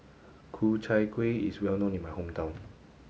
Ku Chai Kuih is well known in my hometown